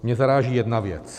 Mě zaráží jedna věc.